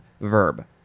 verb